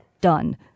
done